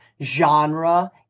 genre